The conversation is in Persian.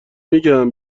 میگم